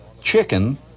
chicken